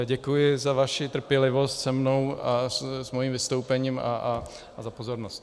Děkuji za vaši trpělivost se mnou a s mým vystoupením a za pozornost.